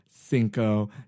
Cinco